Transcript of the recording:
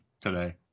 today